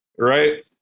right